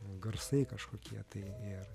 garsai kažkokie tai ir